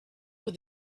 were